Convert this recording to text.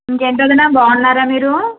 ఇంకేంటి వదినా బాగున్నారా మీరు